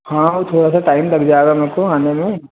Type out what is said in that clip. हाँ उ थोड़ा सा टाइम लग जाएगा मेरे को आने में